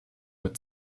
mit